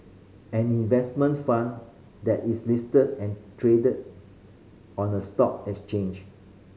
an investment fund that is listed and traded on a stock exchange